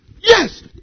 Yes